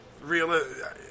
real